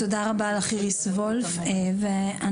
תודה רבה לך, אורית גור כהן.